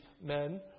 men